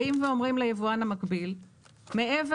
באים ואומרים ליבואן המקביל שמעבר